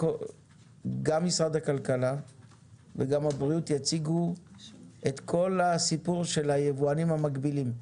גם משרד הכלכלה וגם הבריאות יציגו את כל הסיפור של היבואנים המקבילים,